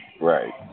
Right